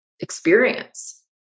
experience